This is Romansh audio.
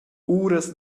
uras